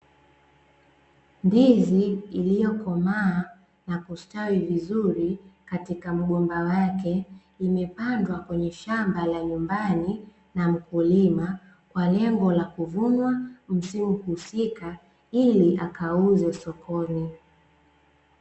Ndizi iliyokomaa na kustawi vizuri katika mgomba wake, imepandwa kwenye shamba la nyumbani na mkulima kwa lengo la kuvunwa msimu husika, ili akauze sokoni.